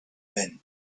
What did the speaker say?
been